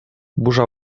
burza